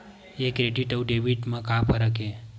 ये क्रेडिट आऊ डेबिट मा का फरक है?